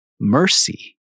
Mercy